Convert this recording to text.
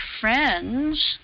friends